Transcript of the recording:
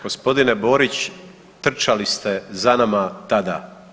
G. Borić, trčali ste za nama tada.